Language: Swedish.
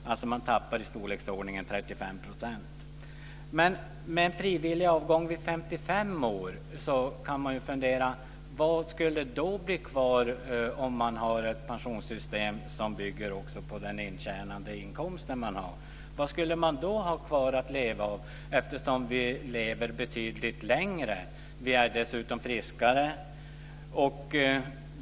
Man tappar alltså i storleksordningen 35 %. Med en frivillig avgång vid 55 år undrar jag vad som skulle bli kvar att leva av, om vi har ett pensionssystem som bygger på den intjänade inkomsten, eftersom vi lever betydligt längre och dessutom är friskare.